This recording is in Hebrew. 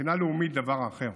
מבחינה לאומית, דבר אחר.